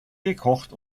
gekocht